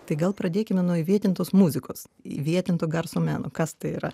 tai gal pradėkime nuo įvietintos muzikos įvietinto garso meno kas tai yra